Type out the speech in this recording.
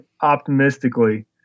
optimistically